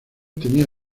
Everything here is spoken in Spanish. tenía